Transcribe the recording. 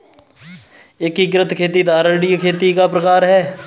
एकीकृत खेती धारणीय खेती का प्रकार है